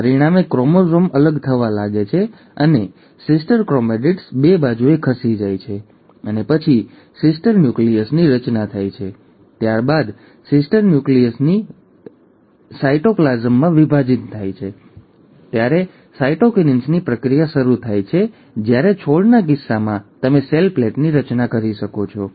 પરિણામે ક્રોમોઝોમ અલગ થવા લાગે છે અને બહેન ક્રોમેટિડ્સ બે બાજુએ ખસી જાય છે અને પછી પુત્રી ન્યુક્લિયસની રચના થાય છે અને ત્યારબાદ પુત્રી ન્યુક્લિયસની રચના થાય છે અને ત્યારબાદ સાયટોપ્લાસમ વિભાજિત થાય છે ત્યારે સાઇટોકિન્સિસની પ્રક્રિયા થાય છે જ્યારે છોડના કિસ્સામાં તમે સેલ પ્લેટની રચના કરી શકો છો